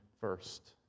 first